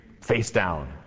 face-down